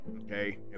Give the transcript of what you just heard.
Okay